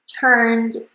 turned